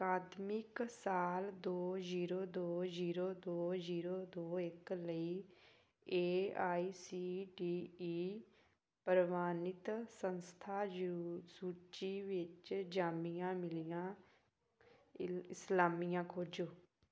ਅਕਾਦਮਿਕ ਸਾਲ ਦੋ ਜ਼ੀਰੋ ਦੋ ਜ਼ੀਰੋ ਦੋ ਜ਼ੀਰੋ ਦੋ ਇੱਕ ਲਈ A I C T E ਪ੍ਰਵਾਨਿਤ ਸੰਸਥਾ ਯੂ ਸੂਚੀ ਵਿੱਚ ਜਾਮੀਆ ਮਿਲੀਆਂ ਇ ਇਸਲਾਮੀਆ ਖੋਜੋ